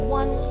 one